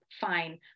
fine